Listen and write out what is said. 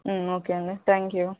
okay అండి thank you